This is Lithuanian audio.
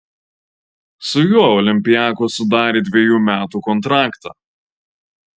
su juo olympiakos sudarė dvejų metų kontraktą